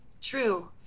true